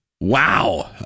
Wow